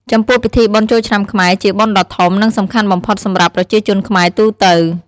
ចំពោះពិធីបុណ្យចូលឆ្នាំខ្មែរជាបុណ្យដ៏ធំ និងសំខាន់បំផុតសម្រាប់ប្រជាជនខ្មែរទូទៅ។